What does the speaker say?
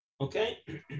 Okay